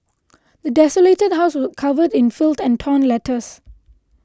the desolated house was covered in filth and torn letters